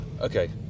Okay